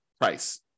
price